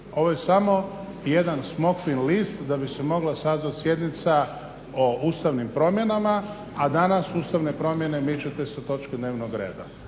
Ovo je samo jedan smokvin list da bi se mogla sazvat sjednica o ustavnim promjenama, a danas ustavne promjene mičete sa točke dnevnog reda.